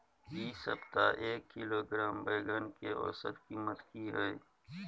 इ सप्ताह एक किलोग्राम बैंगन के औसत कीमत की हय?